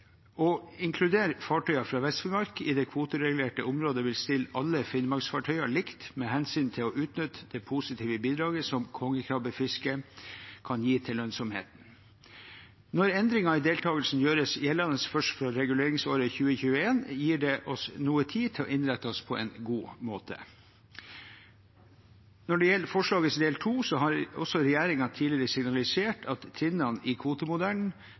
Å inkludere fartøyer fra Vest-Finnmark i det kvoteregulerte området vil stille alle Finnmarks-fartøyer likt med hensyn til å utnytte det positive bidraget som kongekrabbefisket kan gi til lønnsomheten. Når endringen i deltakelse gjøres gjeldende først fra reguleringsåret 2021, gir det oss noe tid til å innrette oss på en god måte. Når det gjelder forslagets del to, har også regjeringen tidligere signalisert at trinnene i kvotemodellen